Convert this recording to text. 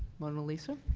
monalisa?